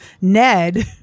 ned